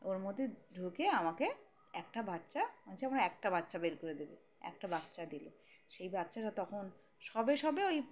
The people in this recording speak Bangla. ওর মধ্যে ঢুকে আমাকে একটা বাচ্চা বলছে আমার একটা বাচ্চা বের করে দেবে একটা বাচ্চা দিলো সেই বাচ্চাটা তখন সবে সবে ওই